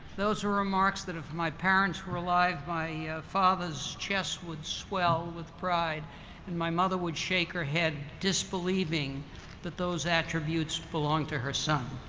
those are remarks that, if my parents were alive, my father's chest would swell with pride and my mother would shake her head disbelieving that those attributes belonged to her son.